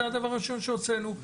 זה הדבר הראשון שהוצאנו.